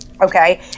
Okay